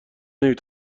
نمی